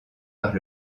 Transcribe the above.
par